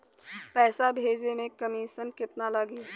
पैसा भेजे में कमिशन केतना लागि?